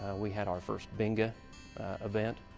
we had our first bingo event.